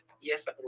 yes